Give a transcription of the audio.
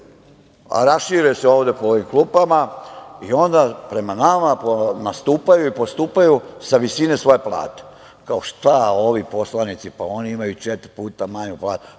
rašire se ovde po ovim klupama i onda prema nama nastupaju i postupaju sa visine svoje plate. Kao, šta ovi poslanici, pa, oni imaju četiri puta manju platu.